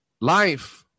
life